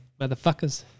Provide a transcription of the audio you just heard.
Motherfuckers